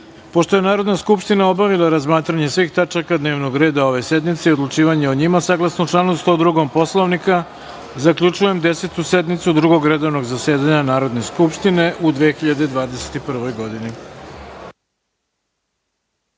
je Narodna skupština obavila razmatranje svih tačaka dnevnog reda ove sednice i odlučivanje o njima, saglasno članu 102. Poslovnika, zaključujem Desetu sednicu Drugog redovnog zasedanja Narodne skupštine u 2021. godini.